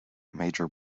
major